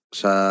sa